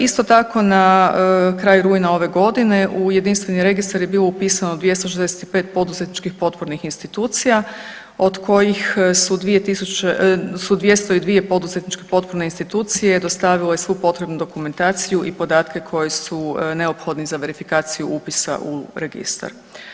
Isto tako na kraju rujna ove godine u jedinstveni registra je bilo upisano 265 poduzetničkih potpornih institucija od kojih su 202 poduzetničke potporne institucije dostavile svu potrebnu dokumentaciju i podatke koji su neophodni za verifikaciju upisa u registar.